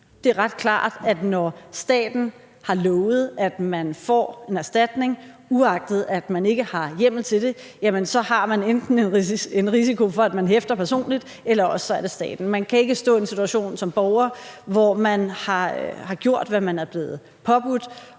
Det er ret klart, at når staten har lovet, at man får en erstatning, uagtet at man ikke har hjemmel til det, så er der enten en risiko for, at man hæfter personligt, eller også er det staten, der gør det. Man kan ikke stå i en situation som borger, hvor man har gjort, hvad man er blevet påbudt,